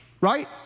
Right